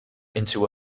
into